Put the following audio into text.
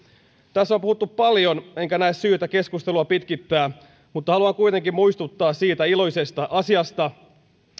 tässä on puhuttu paljon enkä näe syytä keskustelua pitkittää mutta haluan kuitenkin muistuttaa siitä iloisesta asiasta